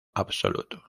absoluto